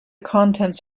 contents